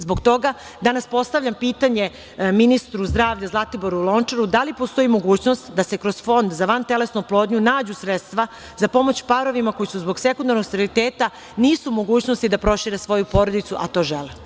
Zbog toga, danas postavljam pitanje ministru zdravlja Zlatiboru Lončaru – da li postoji mogućnost da se kroz Fond za vantelesnu oplodnju nađu sredstva za pomoć parovima koji zbog sekundarnog steriliteta nisu u mogućnosti da prošire svoju porodicu, a to žele?